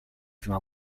prima